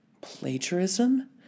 Plagiarism